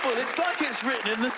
it's like it's written in